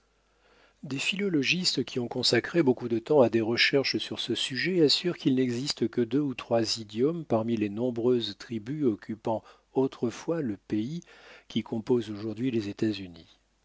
des philologistes qui ont consacré beaucoup de temps à des recherches sur ce sujet assurent qu'il n'existe que deux ou trois idiomes parmi les nombreuses tribus occupant autrefois le pays qui compose aujourd'hui les états-unis